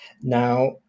now